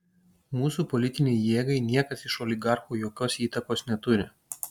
mūsų politinei jėgai niekas iš oligarchų jokios įtakos neturi